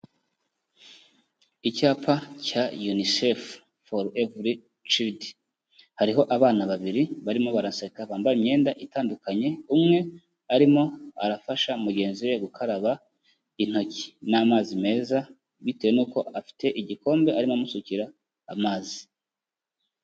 Icyapa cya UNICEF for evere child, hariho abana babiri barimo baraseka, bambaye imyenda itandukanye, umwe arimo arafasha mugenzi we gukaraba intoki n'amazi meza, bitewe nuko afite igikombe arimo amusukira amazi.